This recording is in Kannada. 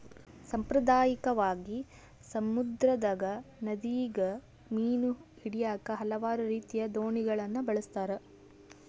ಸಾಂಪ್ರದಾಯಿಕವಾಗಿ, ಸಮುದ್ರದಗ, ನದಿಗ ಮೀನು ಹಿಡಿಯಾಕ ಹಲವಾರು ರೀತಿಯ ದೋಣಿಗಳನ್ನ ಬಳಸ್ತಾರ